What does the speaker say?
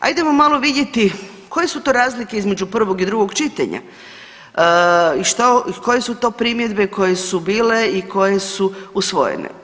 Hajdemo malo vidjeti koje su to razlike između prvog i drugog čitanja i koje su to primjedbe koje su bile i koje su usvojene.